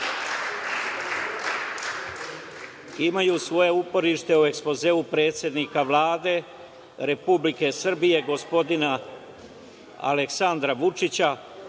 svoje uporište u ekspozeu predsednika Vlade Republike Srbije gospodina Aleksandra Vučića,